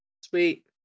Sweet